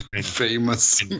Famous